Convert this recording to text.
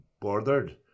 bordered